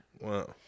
Wow